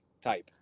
type